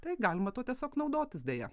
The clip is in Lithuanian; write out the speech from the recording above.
tai galima tuo tiesiog naudotis deja